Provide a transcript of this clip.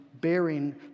bearing